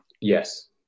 yes